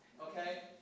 okay